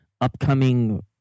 upcoming